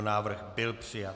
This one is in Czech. Návrh byl přijat.